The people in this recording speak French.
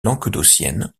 languedocienne